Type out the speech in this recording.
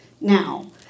now